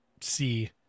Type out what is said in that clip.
see